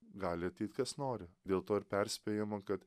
gali ateit kas nori dėl to ir perspėjama kad